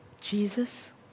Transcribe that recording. Jesus